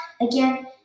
again